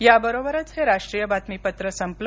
याबरोबरच हे राष्ट्रीय बातमीपत्र संपलं